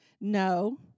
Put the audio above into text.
no